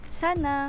sana